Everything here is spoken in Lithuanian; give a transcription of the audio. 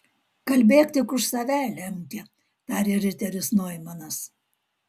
kalbėk tik už save lemke tarė riteris noimanas